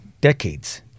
decades